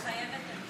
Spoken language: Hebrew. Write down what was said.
מתחייבת אני